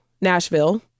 Nashville